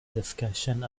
discussion